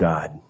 God